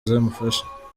zimufasha